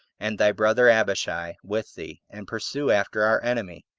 and thy brother abishai, with thee, and pursue after our enemy,